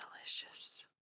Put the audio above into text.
delicious